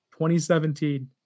2017